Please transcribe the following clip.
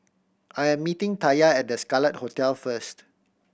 I am meeting Taya at The Scarlet Hotel first